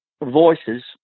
voices